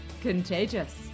contagious